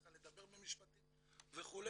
הוא יכול היה לדבר במשפטים וכו',